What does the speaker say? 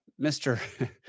Mr